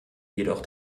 jedoch